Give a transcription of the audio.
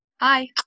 Hi